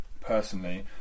personally